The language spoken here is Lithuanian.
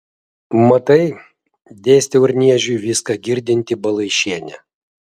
matai dėstė urniežiui viską girdinti balaišienė